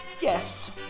Yes